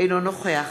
אינו נוכח